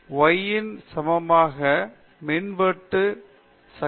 எனவே இது ஒரு அதிவேகமான சிதைவு வளைவு இது ஒரு முதல் வரிசையில் அமைப்பை குளிர்ச்சியுறச் செய்கிறது